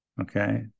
okay